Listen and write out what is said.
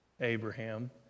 Abraham